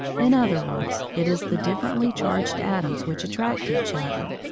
in other words, it is the differently charged atoms which attract each other,